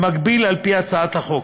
במקביל, על-פי הצעת החוק,